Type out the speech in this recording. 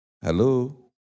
Hello